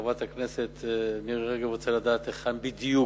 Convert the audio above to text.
שחברת הכנסת מירי רגב רוצה לדעת היכן בדיוק